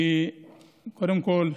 קודם כול,